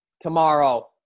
tomorrow